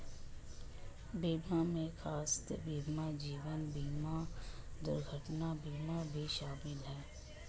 बीमा में स्वास्थय बीमा जीवन बिमा दुर्घटना बीमा भी शामिल है